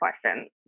question